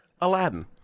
Aladdin